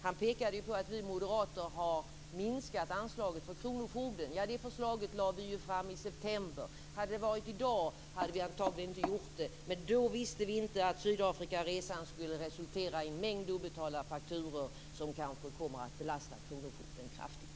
Han pekade på att vi moderater har minskat anslaget till kronofogden. Det förslaget lade vi fram i september. Hade det varit i dag hade vi antagligen inte gjort det. Men då visste vi inte att Sydafrikaresan skulle resultera i en mängd obetalda fakturor, som kanske kommer att belasta kronofogden kraftigt.